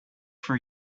for